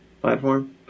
platform